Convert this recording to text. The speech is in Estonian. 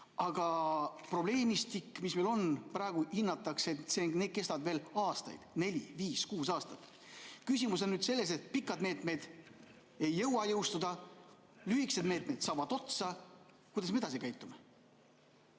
Aga probleemistik, mis meil on – praegu hinnatakse, et need probleemid kestavad veel aastaid, neli, viis või kuus aastat. Küsimus on selles, et pikad meetmed ei jõua jõustuda ja lühikesed meetmed saavad otsa. Kuidas me edasi käitume?